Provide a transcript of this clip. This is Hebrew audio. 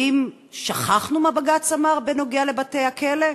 האם שכחנו מה בג"ץ אמר בנוגע לבתי-הכלא?